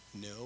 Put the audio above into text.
No